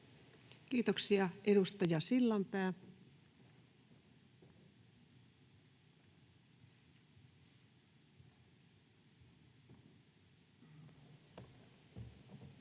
Kiitoksia. — Edustaja Sillanpää. [Speech